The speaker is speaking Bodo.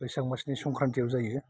बैसाख मासनि संक्रान्तियाव जायो